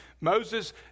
Moses